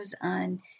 on